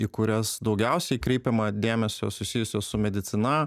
į kurias daugiausiai kreipiama dėmesio susijusio su medicina